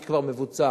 היא כבר מבוצעת.